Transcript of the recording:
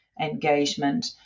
engagement